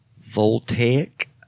Voltaic